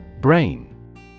Brain